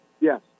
Yes